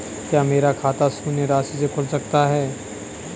क्या मेरा खाता शून्य राशि से खुल सकता है?